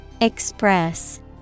Express